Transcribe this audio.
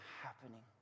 happening